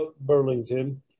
burlington